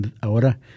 ahora